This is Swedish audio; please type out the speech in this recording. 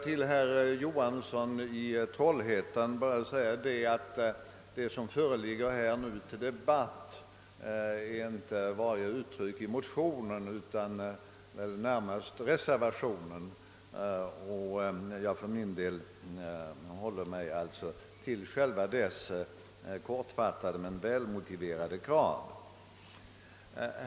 Till herr Johansson i Trollhättan skulle jag bara vilja säga, att det som nu skall debatteras är inte alla resonemang i motionen utan det är närmast vad som sägs i reservationen. För min del skall jag därför hålla mig till reservationens kortfattade men välmotiverade krav.